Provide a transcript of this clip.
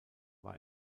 war